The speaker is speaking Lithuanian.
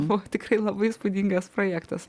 buvo tikrai labai įspūdingas projektas